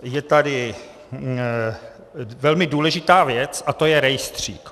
Je tady velmi důležitá věc a to je rejstřík.